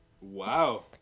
Wow